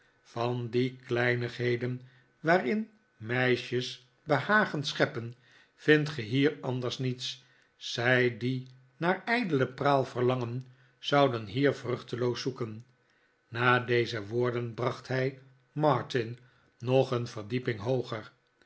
van die kleinigheden waarin meisjes behagen scheppen vindt ge hier anders niets zij die naar ijdele praal verlangen zouden hier vruchteloos zoeken na deze woorden bracht hij martin nog een verdieping hooger